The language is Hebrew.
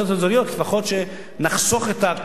לפחות שנחסוך את הכפילות הזאת.